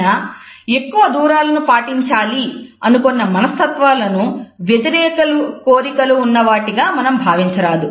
అయినను ఎక్కువ దూరాలను పాటించాలి అనుకొన్న మనస్తత్వాలను వ్యతిరేక కోరికలు ఉన్నవాటి గా మనం భావించరాదు